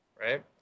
right